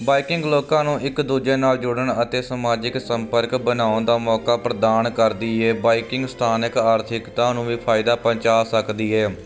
biking ਲੋਕਾਂ ਨੂੰ ਇੱਕ ਦੂਜੇ ਨਾਲ ਜੋੜਨ ਅਤੇ ਸਮਾਜਿਕ ਸੰਪਰਕ ਬਣਾਉਣ ਦਾ ਮੌਕਾ ਪ੍ਰਦਾਨ ਕਰਦੀ ਹੈ ਬਾਈਕਿੰਗ ਸਥਾਨ ਇੱਕ ਆਰਥਿਕਤਾ ਨੂੰ ਵੀ ਫਾਇਦਾ ਪਹੁੰਚਾ ਸਕਦੀ ਹੈ